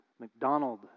McDonald